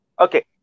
Okay